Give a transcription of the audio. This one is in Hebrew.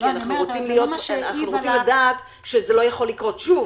כי אנחנו רוצים לדעת שזה לא יכול לקרות שוב.